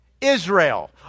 Israel